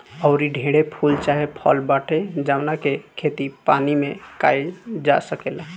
आऊरी ढेरे फूल चाहे फल बाटे जावना के खेती पानी में काईल जा सकेला